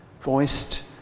voiced